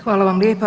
Hvala vam lijepa.